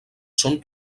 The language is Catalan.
són